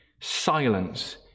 Silence